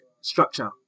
structure